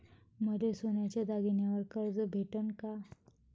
मले सोन्याच्या दागिन्यावर कर्ज भेटन का?